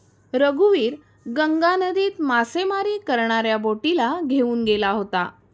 रघुवीर गंगा नदीत मासेमारी करणाऱ्या बोटीला घेऊन गेला होता